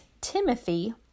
Timothy